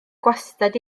gwastad